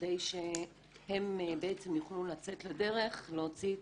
כדי שהם יוכלו לצאת לדרך להוציא את